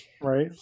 right